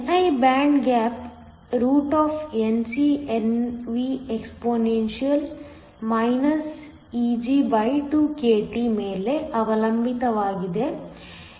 ni band gap NcNvexp Eg2kT ಮೇಲೆ ಅವಲಂಬಿತವಾಗಿದೆ ಎಂದು ನಾವು ಮೊದಲೇ ನೋಡಿದ್ದೇವೆ